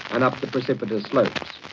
and up the precipitous slopes.